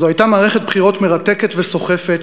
זאת הייתה מערכת בחירות מרתקת וסוחפת,